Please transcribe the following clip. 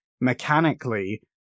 mechanically